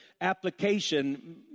application